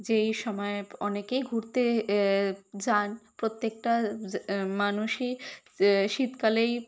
যেই সময় অনেকেই ঘুরতে যান প্রত্যেকটা যে মানুষই শীতকালেই